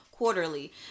Quarterly